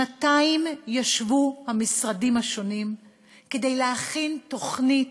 שנתיים ישבו המשרדים השונים כדי להכין תוכנית,